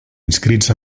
inscrits